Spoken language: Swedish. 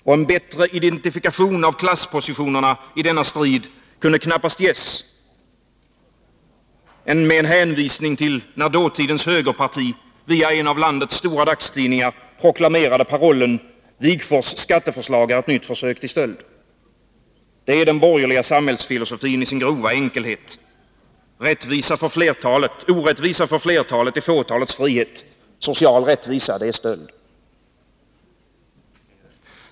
Och en bättre identifikation av klasspositionerna i denna strid kunde knappast ges än med en hänvisning till när dåtidens högerparti via en av landets stora dagstidningar proklamerade parollen: ”Wigforss skatteförslag är ett nytt försök till stöld.” Det är den borgerliga samhällsfilosofin i sin grova enkelhet. Orättvisa för flertalet är fåtalets frihet. Social rättvisa är stöld.